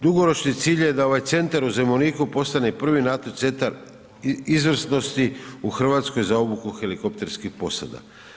Dugoročni cilj je da ovaj centar u Zemuniku postane prvi NATO centar izvrsnosti u Hrvatskoj za obuku helikopterskih posada.